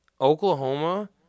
Oklahoma